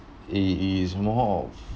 it it is more of